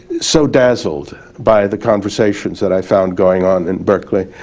so dazzled by the conversations that i found going on in berkeley,